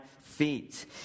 feet